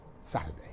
Saturday